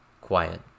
quiet